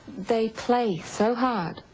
they play so hard,